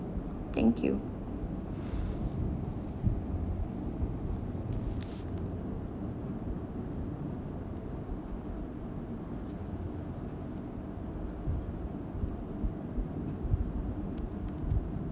thank you